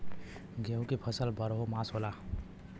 गेहूं की फसल बरहो मास होला